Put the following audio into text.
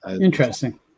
interesting